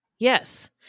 Yes